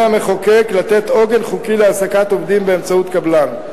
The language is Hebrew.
המחוקק לתת עוגן חוקי להעסקת עובדים באמצעות קבלן.